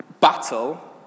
battle